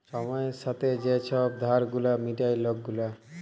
ছময়ের ছাথে যে ছব ধার গুলা মিটায় লক গুলা